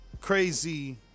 crazy